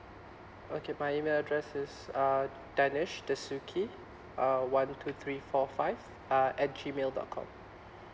okay my email address is uh danish dasuki uh one two three four five uh at G mail dot com